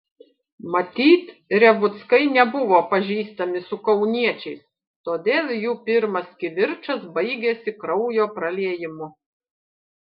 matyt revuckai nebuvo pažįstami su kauniečiais todėl jų pirmas kivirčas baigėsi kraujo praliejimu